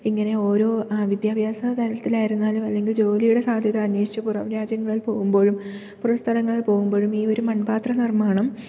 ഇങ്ങനെ ഓരോ വിദ്യാഭ്യാസ തലത്തിലായിരുന്നാലും അല്ലെങ്കിൽ ജോലിയുടെ സാധ്യത അന്വേഷിച്ച് പുറം രാജ്യങ്ങളിൽ പോകുമ്പോഴും പുറം സ്ഥലങ്ങളിൽ പോകുമ്പോഴും ഈ ഒരു മൺപാത്രനിർമ്മാണം